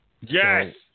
Yes